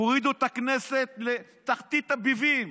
הורידו את הכנסת לתחתית הביבים.